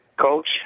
coach